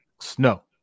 snow